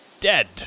dead